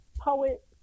poet